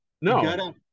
No